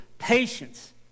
Patience